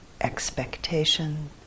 expectation